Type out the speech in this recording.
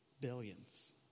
Billions